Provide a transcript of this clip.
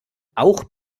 auch